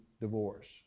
divorce